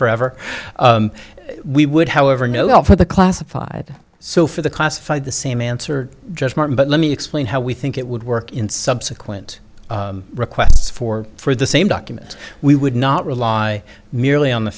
forever we would however know all for the classified so for the classified the same answer just martin but let me explain how we think it would work in subsequent requests for for the same document we would not rely merely on the